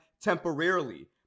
temporarily